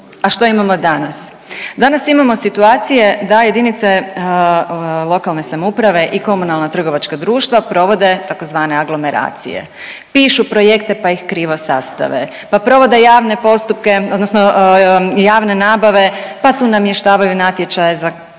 A što imamo danas? Danas imamo situacije da jedinice lokalne samouprave i komunalna trgovačka društva provode tzv. aglomeracije. Pišu projekte pa ih krivo sastave pa provode javne postupke, odnosno javne nabave, pa tu namještavaju natječaje za tko